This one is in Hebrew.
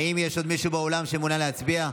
האם יש עוד מישהו באולם שמעוניין להצביע?